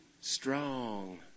strong